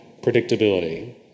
predictability